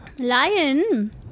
Lion